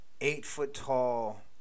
eight-foot-tall